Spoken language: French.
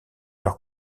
leurs